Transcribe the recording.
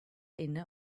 inne